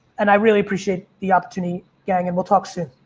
and i really appreciate the opportunity gang and we'll talk soon.